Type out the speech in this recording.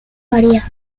varía